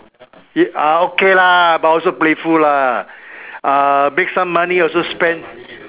uh okay lah but I also playful lah ah make some money also spend